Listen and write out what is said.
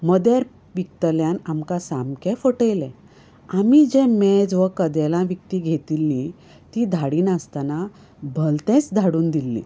मदेर विकतल्यान आमकां सामकें फटयलें आमी जें मेज वो कदेलां विकती घेतिल्लीं तीं धाडिनासताना भलतेंच धाडून दिल्लीं